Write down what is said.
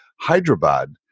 Hyderabad